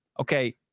okay